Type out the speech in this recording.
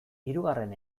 hirugarren